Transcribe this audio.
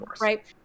right